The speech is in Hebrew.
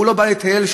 הוא לא בא לשם לטייל.